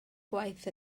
gwaith